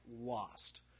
lost